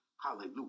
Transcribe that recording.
Hallelujah